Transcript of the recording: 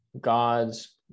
god's